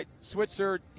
Switzer